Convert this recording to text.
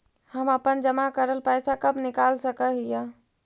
हम अपन जमा करल पैसा कब निकाल सक हिय?